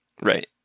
right